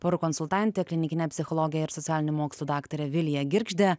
porų konsultante klinikine psichologe ir socialinių mokslų daktare vilija girgžde